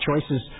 choices